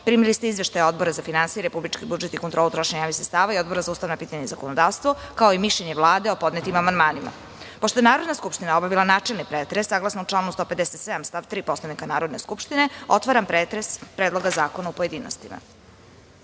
Božanić. Primili ste izveštaj Odbora za finansije, republički budžet i kontrolu trošenja javnih sredstava i Odbora za ustavna pitanja i zakonodavstvo, kao i mišljenje Vlade o podnetim amandmanima. Pošto je Narodna skupština obavila načelni pretres, saglasno članu 157. stav 3. Poslovnika Narodne skupštine, otvaram pretres Predloga zakona u pojedinostima. Na